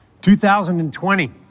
2020